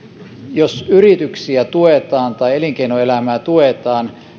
jos yrityksiä tuetaan tai elinkeinoelämää tuetaan